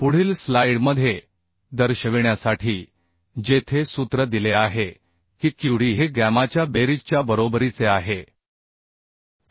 पुढील स्लाइडमध्ये दर्शविण्यासाठी जेथे सूत्र दिले आहे की Qd हे गॅमाच्या बेरीजच्या बरोबरीचे आहे fk